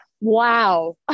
Wow